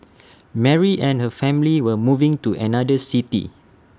Mary and her family were moving to another city